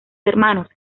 hermanos